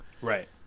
Right